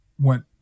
went